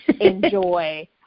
enjoy